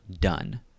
done